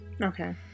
Okay